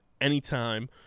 anytime